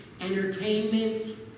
entertainment